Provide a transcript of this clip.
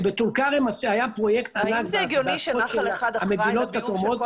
ובטולכרם היה פרויקט ענק של המדינות התורמות -- האם